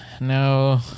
no